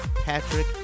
Patrick